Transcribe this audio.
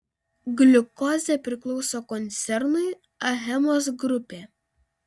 gliukozė priklauso koncernui achemos grupė